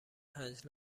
پنج